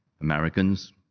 Americans